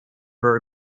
for